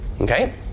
Okay